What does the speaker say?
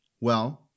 Well-